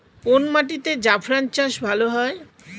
কোন মাটিতে জাফরান চাষ ভালো হয়?